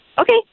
Okay